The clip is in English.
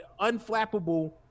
unflappable